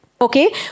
okay